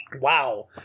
Wow